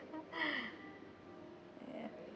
ya